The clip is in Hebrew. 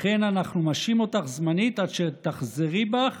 לכן אנחנו משעים אותך זמנית עד שתחזרי בך